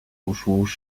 图书